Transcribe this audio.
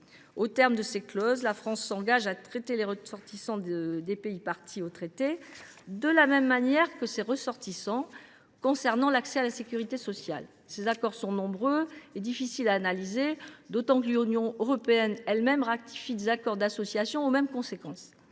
Aux termes de celles ci, la France s’engage à traiter les ressortissants des pays parties à l’accord de la même manière que ses ressortissants pour l’accès à la sécurité sociale. Ces accords sont nombreux et difficiles à analyser, d’autant que l’Union européenne ratifie elle même des accords d’association ayant les mêmes conséquences.